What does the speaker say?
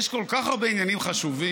יש כל כך הרבה עניינים חשובים,